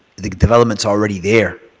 the development is already there.